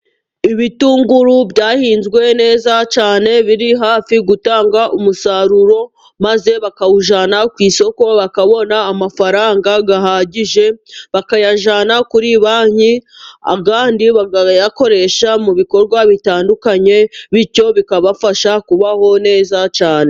Ibitunguru byahinzwe neza cyane biri hafi gutanga umusaruro maze bakawujyana ku isoko bakabona amafaranga ahagije, bakayajyana kuri banki ayandi bakayakoresha mu bikorwa bitandukanye bityo bikabafasha kubaho neza cyane.